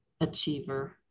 achiever